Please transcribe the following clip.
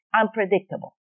unpredictable